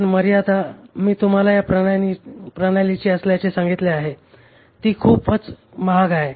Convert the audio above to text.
पण मर्यादा मी तुम्हाला या प्रणालीची असल्याचे सांगितले आहे ती खूपच महाग आहे